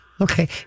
Okay